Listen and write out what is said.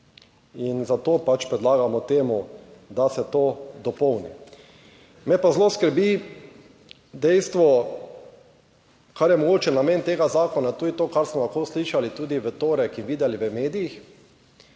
In zato pač predlagamo temu, da se to dopolni. Me pa zelo skrbi, dejstvo kar je mogoče namen tega zakona je tudi to, kar smo lahko slišali tudi v torek in videli v medijih,